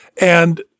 And-